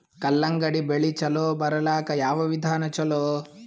ಕಲ್ಲಂಗಡಿ ಬೆಳಿ ಚಲೋ ಬರಲಾಕ ಯಾವ ವಿಧಾನ ಚಲೋ?